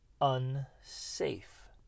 unsafe